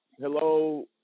Hello